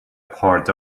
part